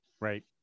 right